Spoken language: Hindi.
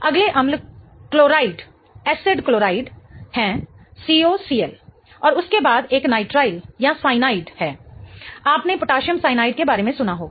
अगले अम्ल क्लोराइड है CO Cl और उसके बाद एक नाइट्राइल या साइनाइड है आपने पोटेशियम साइनाइड के बारे में सुना होगा